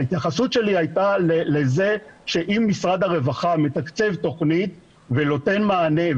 ההתייחסות שלי הייתה לזה שאם משרד הרווחה מתקצב תוכנית ונותן מענה,